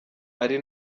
ari